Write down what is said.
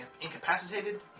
incapacitated